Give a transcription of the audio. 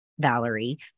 Valerie